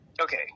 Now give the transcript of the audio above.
Okay